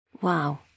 Wow